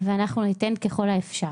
ואנחנו ניתן כלל האפשר.